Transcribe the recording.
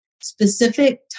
specific